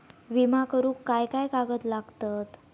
विमा करुक काय काय कागद लागतत?